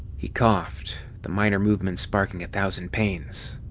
he coughed, the minor movement sparking a thousand pains.